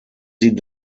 sie